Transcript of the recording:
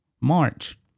March